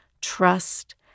trust